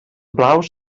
blaus